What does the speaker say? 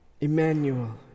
Emmanuel